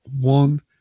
one